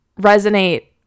resonate